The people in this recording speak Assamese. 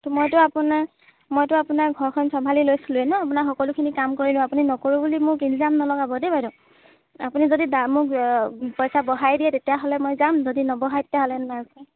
তো মইতো আপোনাক মইতো আপোনাৰ ঘৰখন চম্ভালি লৈছিলোৱেই ন আপোনাৰ সকলোখিনি কাম কৰি দিওঁ আপুনি নকৰোঁ বুলি মোক ইলজাম নলগাব দেই বাইদেউ আপুনি যদি পইচা বঢ়াই দিয়ে তেতিয়াহ'লে মই যাম যদি নবঢ়ায় তেতিয়াহ'লে নাযাওঁ